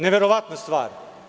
Neverovatna stvar.